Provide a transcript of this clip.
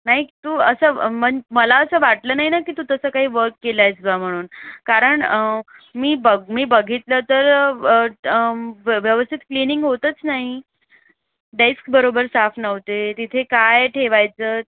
नाही तू असं मन मला असं वाटलं नाही ना की तू तसं काही वर्क केलं आहेस बुवा म्हणून कारण मी बघ मी बघितलं तर व्यवस्थित क्लीनिंग होतंच नाही डेस्क बरोबर साफ नव्हते तिथे काय ठेवायचं